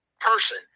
person